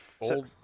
old